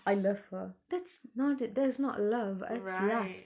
I love her that's not it that's not love it's lust